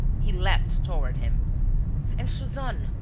he leapt toward him and suzanne?